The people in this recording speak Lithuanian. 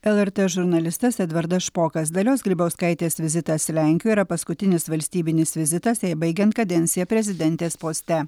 lrt žurnalistas edvardas špokas dalios grybauskaitės vizitas lenkijoje yra paskutinis valstybinis vizitas jai baigiant kadenciją prezidentės poste